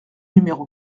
numéro